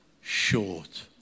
short